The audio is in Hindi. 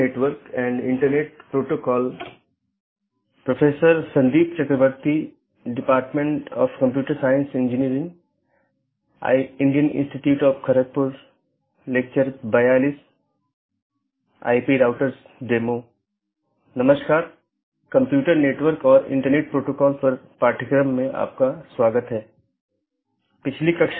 नमस्कार हम कंप्यूटर नेटवर्क और इंटरनेट पाठ्यक्रम पर अपनी चर्चा जारी रखेंगे